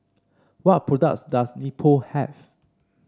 what products does Nepro have